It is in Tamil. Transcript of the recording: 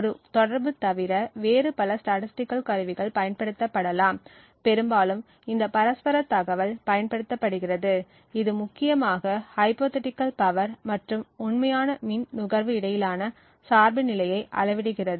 ஒரு தொடர்பு தவிர வேறு பல ஸ்டேடஸ்ட்டிகள் கருவிகள் பயன்படுத்தப்படலாம் பெரும்பாலும் இந்த பரஸ்பர தகவல் பயன்படுத்தப்படுகிறது இது முக்கியமாக ஹைப்போதீட்டிகள் பவர் மற்றும் உண்மையான மின் நுகர்வு இடையிலான சார்புநிலையை அளவிடுகிறது